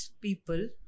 people